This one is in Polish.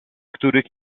których